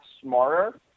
smarter